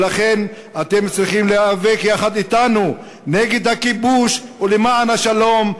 ולכן אתם צריכים להיאבק יחד אתנו נגד הכיבוש ולמען השלום,